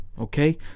Okay